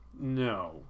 no